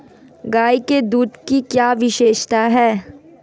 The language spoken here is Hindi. गाय के दूध की क्या विशेषता है?